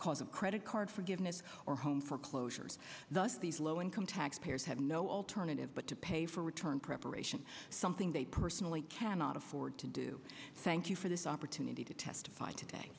of credit card forgiveness or home foreclosures thus these low income taxpayers have no alternative but to pay for return preparation something they personally cannot afford to do thank you for this opportunity to testify today